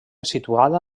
situada